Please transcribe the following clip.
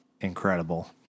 incredible